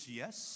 yes